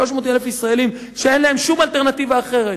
300,000 ישראלים שאין להם שום אלטרנטיבה אחרת.